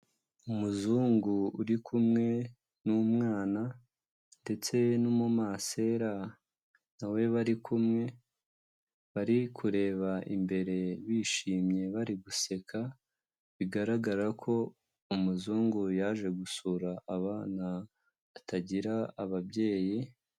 Umuzungu uri kumwe n'umwana ndetse n'umumasera nawe bari kumwe, bari kureba imbere bishimye bari guseka, bigaragara ko umuzungu yaje gusura abana batagira ababyeyi.